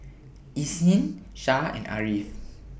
Isnin Shah and Ariff